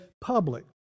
public